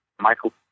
Michael